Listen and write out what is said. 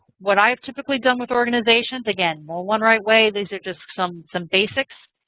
what i have typically done with organizations, again no one right way. these are just some some basics.